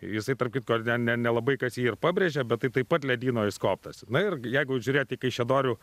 jisai tarp kitko ne ne nelabai kas jį ir pabrėžia bet tai taip pat ledyno išskobtas na ir jeigu žiūrėt į kaišiadorių